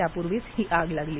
त्यापूर्वीच ही आग लागली